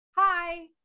hi